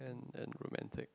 and and romantic